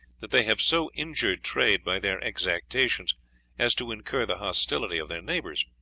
that they have so injured trade by their exactions as to incur the hostility of their neighbors.